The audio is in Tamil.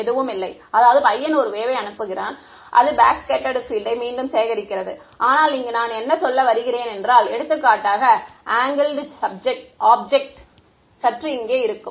எதுவும் இல்லை அதாவது பையன் ஒரு வேவ்யை அனுப்புகிறான் அது பேக்ஸ்கேட்டர்டு பீல்ட் யை மீண்டும் சேகரிக்கிறது ஆனால் இங்கு நான் என்ன சொல்ல வருகின்றேன் என்றால் எடுத்துக்காட்டாக ஆங்கிள்டு ஆப்ஜெக்ட் சற்று இங்கே இருக்கும்